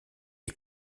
est